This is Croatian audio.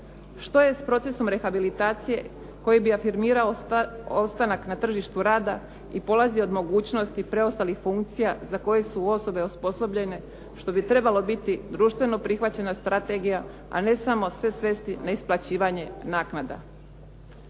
Što je s procesom rehabilitacije koji bi afirmirao ostanak na tržištu rada i polazi od mogućnosti preostalih funkcija za koje su osobe osposobljene što bi trebalo biti društveno prihvaćena strategija, a ne samo sve svesti na isplaćivanje naknada.